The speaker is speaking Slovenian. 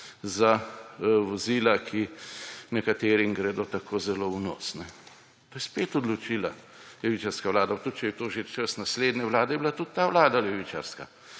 za vozila, ki nekaterim gredo tako zelo v nos. To je spet odločila levičarska vlada, tudi če je to že čas naslednje vlade, je bila tudi ta vlada levičarska.